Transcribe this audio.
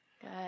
Good